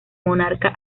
monarca